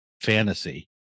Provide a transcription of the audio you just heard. fantasy